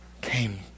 came